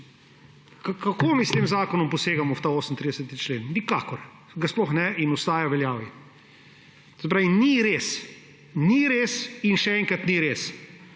Kako mi s tem zakonom posegamo v ta 38. člen? Nikakor. Sploh ne, in ostaja v veljavi. Se pravi, ni res, ni res in še enkrat ni res,